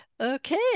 Okay